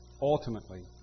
ultimately